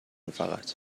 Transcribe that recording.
فقط